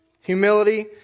humility